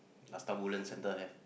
last time Woodlands center have